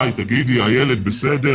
היי, תגידי, הילד בסדר?